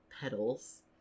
petals